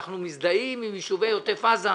אנחנו מזדהים עם יישובי עוטף עזה,